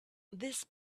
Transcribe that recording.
this